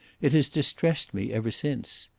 it has distressed me ever since.